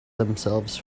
themselves